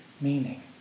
meaning